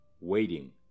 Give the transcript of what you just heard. waiting